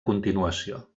continuació